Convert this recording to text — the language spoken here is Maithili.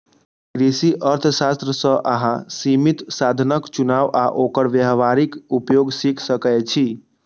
कृषि अर्थशास्त्र सं अहां सीमित साधनक चुनाव आ ओकर व्यावहारिक उपयोग सीख सकै छी